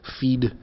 feed